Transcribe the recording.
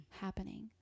happening